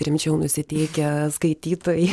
rimčiau nusiteikę skaitytojai